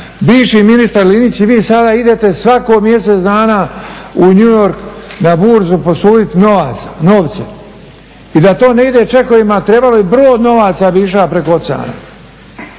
Bivši ministar Linić i vi sada idete svako mjesec dana u New York na burzu posuditi novce. I da to ne ide čekovima, trebalo bi brod novaca, bi išao preko oceana.